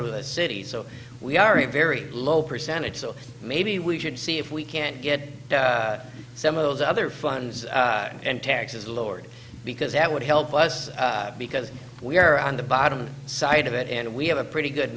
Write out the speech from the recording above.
the cities so we are a very low percentage so maybe we should see if we can get some of those other funds and taxes lowered because that would help us because we're on the bottom side of it and we have a pretty good